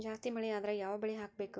ಜಾಸ್ತಿ ಮಳಿ ಆದ್ರ ಯಾವ ಬೆಳಿ ಹಾಕಬೇಕು?